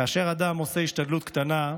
כאשר אדם עושה השתדלות קטנה,